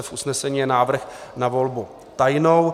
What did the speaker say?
V usnesení je návrh na volbu tajnou.